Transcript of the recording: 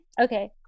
Okay